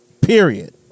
Period